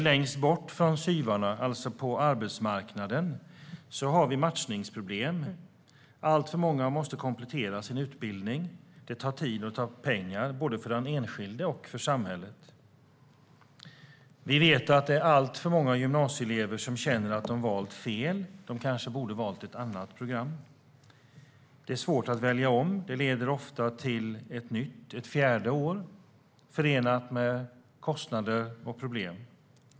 Längst bort från SYV:arna, alltså på arbetsmarknaden, har vi matchningsproblem. Alltför många måste komplettera sin utbildning. Det tar tid och kostar pengar både för den enskilde och för samhället. Vi vet att det är alltför många gymnasieelever som känner att de valt fel, att de kanske borde valt ett annat program. Det är svårt att välja om. Det leder ofta till ett fjärde år, förenat med kostnader och problem.